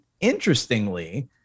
interestingly